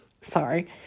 Sorry